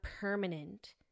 permanent